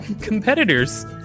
Competitors